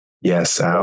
Yes